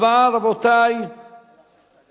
מי